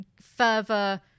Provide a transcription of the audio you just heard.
further